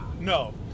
No